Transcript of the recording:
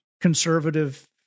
conservative